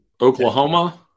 Oklahoma